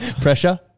Pressure